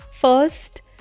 First